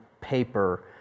paper